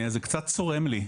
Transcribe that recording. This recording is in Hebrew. זה קצת צורם לי,